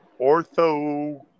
Ortho